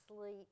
sleep